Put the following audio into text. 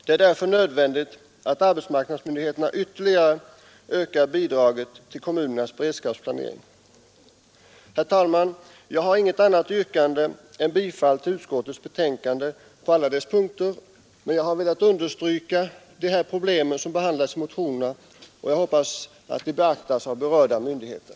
Det är därför nödvändigt att arbetsmarknadsmyndigheterna ytterligare ökar bidraget till kommunernas beredskapsplanering. Herr talman! Jag har inget annat yrkande än om bifall till utskottets hemställan på alla punkter, men jag har velat understryka de problem som behandlas i motionerna, och jag hoppas att dessa kommer att beaktas av berörda myndigheter.